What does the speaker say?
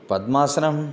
पद्मासनम्